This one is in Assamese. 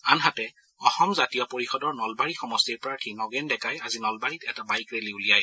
আনহাতে অসম জাতীয় পৰিষদৰ নলবাৰী সমষ্টিৰ প্ৰাৰ্থী নগেন ডেকাই আজি নলবাৰীত এটা বাইক ৰেলী উলিয়ায়